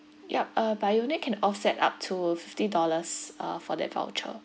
yup uh but you can only offset up to fifty dollars uh for that voucher